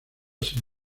sin